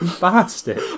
Bastard